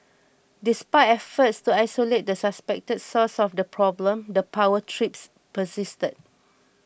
despite efforts to isolate the suspected source of the problem the power trips persisted